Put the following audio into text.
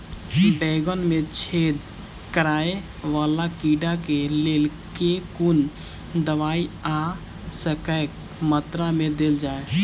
बैंगन मे छेद कराए वला कीड़ा केँ लेल केँ कुन दवाई आ कतेक मात्रा मे देल जाए?